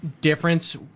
difference